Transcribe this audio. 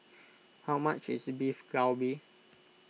how much is Beef Galbi